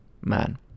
man